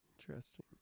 Interesting